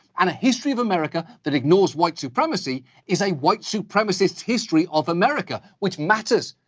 and a history of america that ignores white supremacy is a white supremacist history of america which matters.